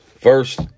First